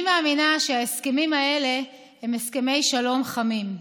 אני מאמינה שההסכמים האלה הם הסכמי שלום חמים.